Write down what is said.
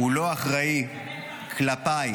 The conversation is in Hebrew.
הוא לא אחראי כלפיי,